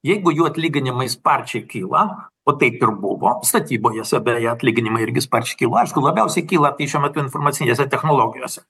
jeigu jų atlyginimai sparčiai kyla o taip ir buvo statyboje beje atlyginimai irgi sparčiai kilo aišku labiausiai kyla šiuo metu informacinėse technologijose